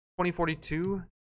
2042